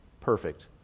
perfect